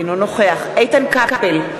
אינו נוכח איתן כבל,